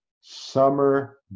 summer